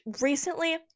recently